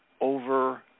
over